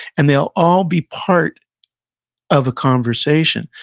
and they'll all be part of a conversation.